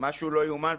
משהו לא יאומן,